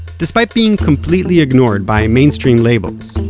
despite being completely ignored by mainstream labels,